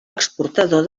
exportador